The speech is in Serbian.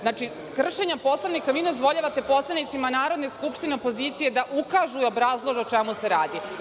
Znači, kršenjem Poslovnika vi ne dozvoljavate poslanicima u Narodnoj skupštini opoziciji da ukažu i obrazlože o čemu se radi.